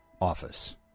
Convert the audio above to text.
office